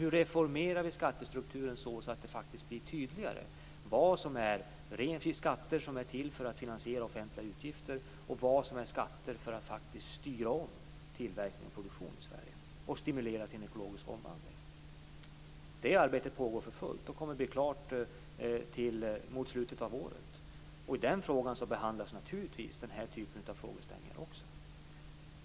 Hur reformerar vi skattestrukturen så att det faktiskt blir tydligare vad som är skatter för att finansiera offentliga utgifter och vad som är skatter för att styra om tillverkning och produktion i Sverige och stimulera till en ekologisk omvandling? Det arbetet pågår för fullt och kommer att bli klart mot slutet av året. I det sammanhanget behandlas naturligtvis också den här typen av frågeställningar.